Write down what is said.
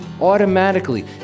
automatically